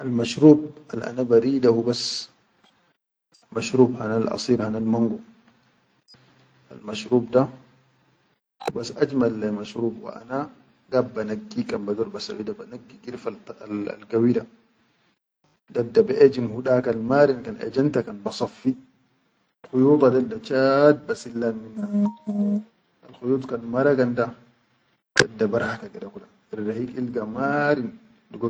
Al mashrub al ana barida hubas, mashrub hanal asir hanal mango, al mashrub da hubas aji malan wa mashrub wa ana gaid ba naggi kan bador ba sawwi ba naggi gilfar al gawi da dadda be ejin hu dakal marin kan ejenta kan ba saffi, huyuda dol da chat ba silan minna. Al huyud kan maragan da dadda ba rahaka kade kula arrahik ilga maarin.